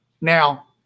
Now